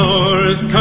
North